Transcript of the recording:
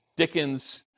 Dickens